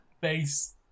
base